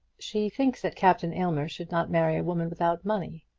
she thinks that captain aylmer should not marry a woman without money.